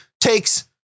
takes